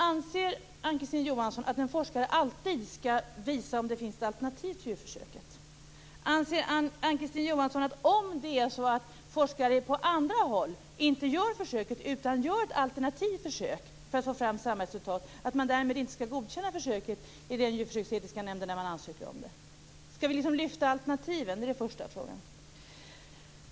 Anser Ann-Kristine Johansson att en forskare alltid skall visa om det finns alternativ till djurförsöket? Anser Ann-Kristine Johansson att om forskare på andra håll inte gör djurförsöket utan gör ett alternativt försök för att få fram samma resultat att den djurförsöksetiska nämnden inte skall godkänna en ansökan om ett sådant försök? Skall vi liksom lyfta alternativen?